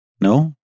No